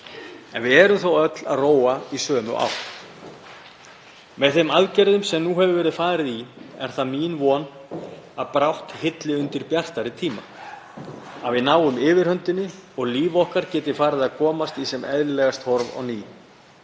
En við erum þó öll að róa í sömu átt. Með þeim aðgerðum sem nú hefur verið farið í er það mín von að brátt hilli undir bjartari tíma, að við náum yfirhöndinni og líf okkar geti farið að komast í sem eðlilegast horf á ný.